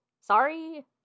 sorry